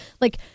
Like-